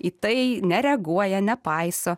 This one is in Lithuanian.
į tai nereaguoja nepaiso